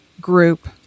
group